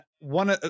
one